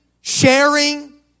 sharing